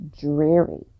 dreary